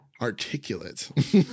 articulate